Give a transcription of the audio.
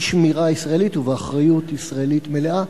בשמירה ישראלית ובאחריות ישראלית מלאה.